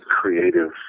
creative